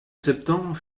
septembre